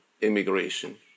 immigration